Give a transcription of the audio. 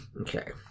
Okay